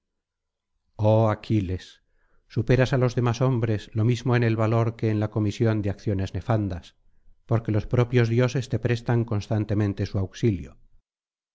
aquiles superas á los demás hombres lo mismo en el valor que en la comisión de acciones nefandas porque los propios dioses te prestan constantemente su auxilio